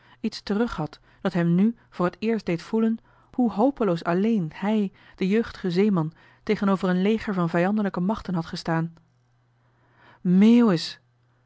iets terug had dat hem nu voor t eerst deed voelen hoe hopeloos alleen hij de jeugdige zeeman tegenover een leger van vijandelijke machten had gestaan